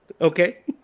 Okay